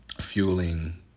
fueling